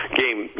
game